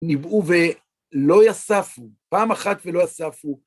ניבאו ולא יספו, פעם אחת ולא יספו.